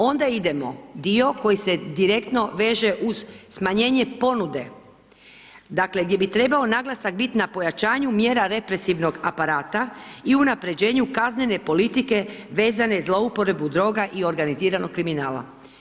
Onda idemo dio koji se direktno veže uz smanjenje ponude, dakle, gdje bi trebao naglasak biti na pojačanju mjera represivnog aparata i unapređenju kaznene politike vezane za zlouporabu droga i organiziranog kriminala.